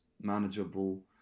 manageable